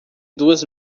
duas